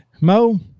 Mo